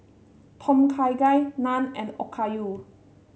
Tom Kha Gai Naan and Okayu